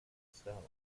stone